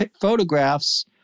photographs